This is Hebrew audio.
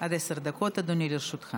עד עשר דקות, אדוני, לרשותך.